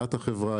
הנהלת החברה,